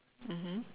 mmhmm